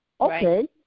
okay